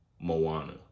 Moana